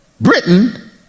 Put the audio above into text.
Britain